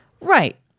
right